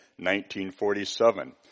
1947